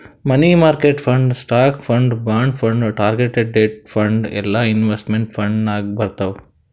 money market fund, stock fund, bond fund, target date fund ಎಲ್ಲಾ investment fund ನಾಗ್ ಬರ್ತಾವ್